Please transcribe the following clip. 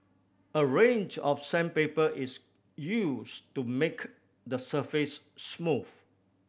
a range of sandpaper is used to make the surface smooth